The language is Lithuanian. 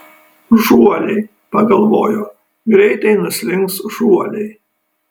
žuoliai pagalvojo greitai nuslinks žuoliai